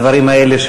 הדברים האלה,